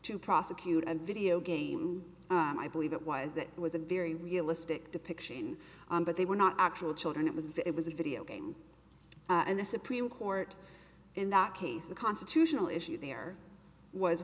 to prosecute a video game i believe it was that was a very realistic depiction but they were not actual children it was that it was a video game and the supreme court in that case the constitutional issue there was